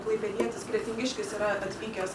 klaipėdietis kretingiškis yra atvykęs